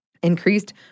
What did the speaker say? Increased